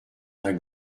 main